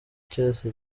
cyose